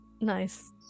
Nice